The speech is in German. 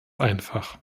einfach